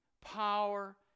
power